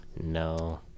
No